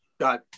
got